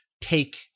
take